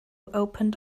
opened